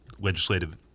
legislative